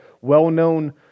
well-known